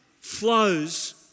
flows